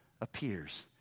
appears